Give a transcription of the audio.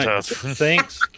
Thanks